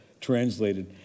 translated